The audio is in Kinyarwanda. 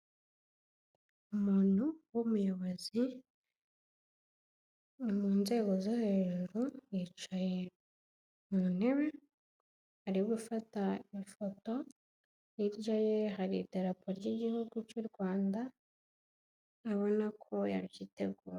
Umuntu w'umuyobozi, ni mu nzego zo hejuru, yicaye mu ntebe ari gufata ifoto, hirya ye hari idarapo ry'igihugu cy'u Rwanda, urabona ko yabyiteguye.